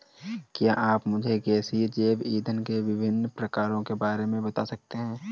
क्या आप मुझे गैसीय जैव इंधन के विभिन्न प्रकारों के बारे में बता सकते हैं?